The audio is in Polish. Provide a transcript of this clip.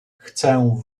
chcę